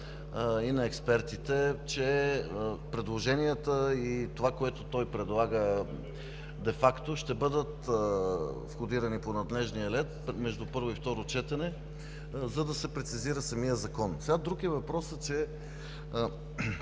и на експертите, че предложенията и това, което той предлага, де факто, ще бъдат входирани по надлежния ред между първо и второ четене, за да се прецизира самият закон. Друг е въпросът, че